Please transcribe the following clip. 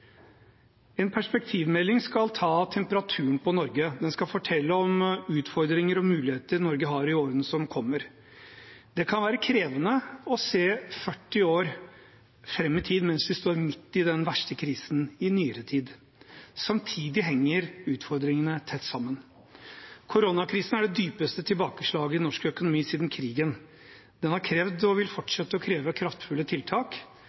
En perspektivmelding skal ta temperaturen på Norge. Den skal fortelle om utfordringer og muligheter Norge har i årene som kommer. Det kan være krevende å se 40 år fram i tid mens vi står midt i den verste krisen i nyere tid. Samtidig henger utfordringene tett sammen. Koronakrisen er det dypeste tilbakeslaget i norsk økonomi siden krigen. Den har krevd, og vil fortsette å kreve, kraftfulle tiltak.